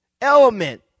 element